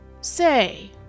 Say